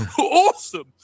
awesome